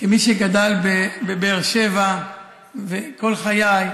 כמי שגדל בבאר שבע כל חיי,